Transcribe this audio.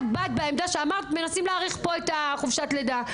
את באת בעמדה שאמרת מנסים להאריך פה את חופשת לידה.